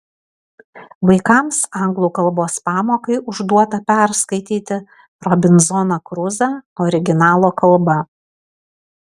vaikams anglų kalbos pamokai užduota perskaityti robinzoną kruzą originalo kalba